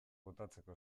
botatzeko